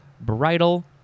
bridal